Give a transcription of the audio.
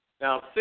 Now